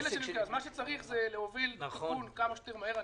צריך להוביל תיקון כמה שיותר מהר.